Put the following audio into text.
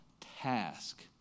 task